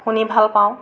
শুনি ভাল পাওঁ